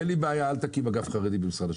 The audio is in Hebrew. אין לי בעיה, אל תקים אגף חרדי במשרד השיכון,